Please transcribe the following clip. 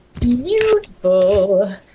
Beautiful